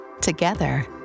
Together